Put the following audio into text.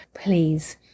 Please